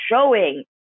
showing